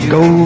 go